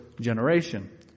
generation